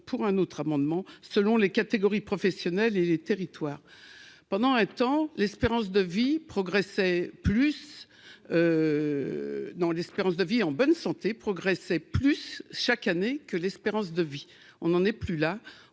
pour un autre amendement selon les catégories professionnelles et les territoires pendant un temps, l'espérance de vie progressait plus dans l'espérance de vie en bonne santé,